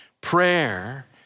prayer